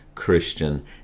Christian